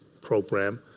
program